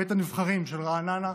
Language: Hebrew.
בית הנבחרים של רעננה,